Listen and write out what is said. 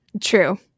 True